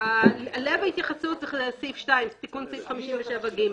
יוכלו להשבית לך את